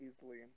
easily